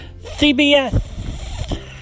CBS